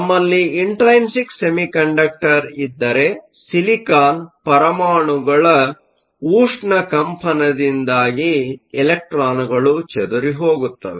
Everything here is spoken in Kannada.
ನಮ್ಮಲ್ಲಿ ಇಂಟ್ರೈನ್ಸಿಕ್ ಸೆಮಿಕಂಡಕ್ಟರ್ ಇದ್ದರೆ ಸಿಲಿಕಾನ್ ಪರಮಾಣುಗಳ ಉಷ್ಣ ಕಂಪನದಿಂದಾಗಿ ಎಲೆಕ್ಟ್ರಾನ್ಗಳು ಚದುರಿಹೋಗುತ್ತವೆ